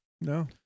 No